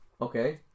Okay